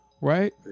right